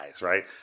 right